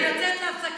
את לא יודעת להיות אחרת.